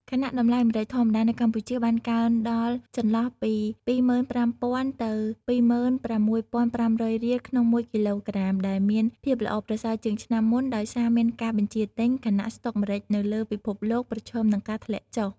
ខណៈតម្លៃម្រេចធម្មតានៅកម្ពុជាបានកើនដល់ចន្លោះពី ២៥០០០ ទៅ ២៦៥០០ រៀល ក្នុងមួយគីឡូក្រាម ដែលមានភាពល្អប្រសើរជាងឆ្នាំមុន ដោយសារមានការបញ្ជាទិញ ខណៈស្ដុកម្រេចនៅលើពិភពលោកប្រឈមនឹងការធ្លាក់ចុះ។